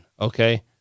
Okay